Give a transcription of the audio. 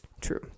True